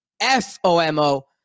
F-O-M-O